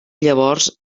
llavors